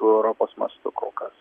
europos mastu kol kas